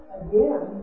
again